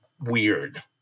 weird